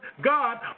God